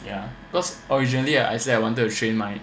ya because originally I say I wanted to train my